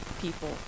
people